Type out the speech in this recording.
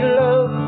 love